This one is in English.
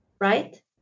right